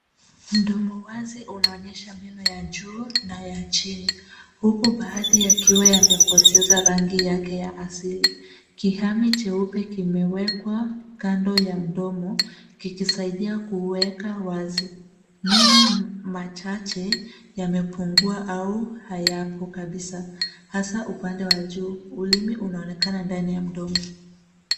Mdomo wazi unaonyesha meno ya juu na ya chini huku baadhi yakiwa yamepoteza rangi yake ya asili. Kihame cheupe kimewekwa kando ya mdomo kikisaidia kuuweka wazi. Meno machache yamepungua au hayapo kabisa hasa upande wa juu. Ulimi unaonekana ndani ya mdomo.